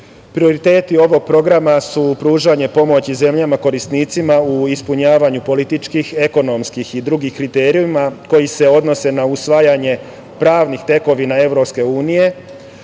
Prioriteti oba programa su pružanje pomoći zemljama korisnicima u ispunjavanju političkih, ekonomskih i drugih kriterijuma koji se odnose na usvajanje pravnih tekovina Evropske unije,